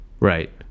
right